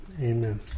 Amen